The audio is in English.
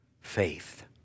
faith